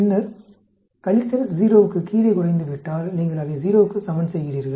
பின்னர் கழித்தல் 0 க்கு கீழே குறைந்துவிட்டால் நீங்கள் அதை 0 க்கு சமன் செய்கிறீர்கள்